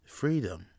freedom